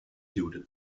jude